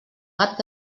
gat